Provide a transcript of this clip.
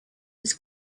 was